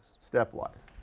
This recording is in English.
stepwise.